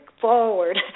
forward